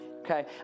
okay